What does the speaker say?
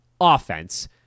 offense